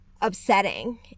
upsetting